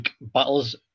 battles